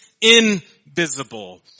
invisible